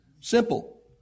Simple